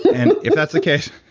and if that's the case,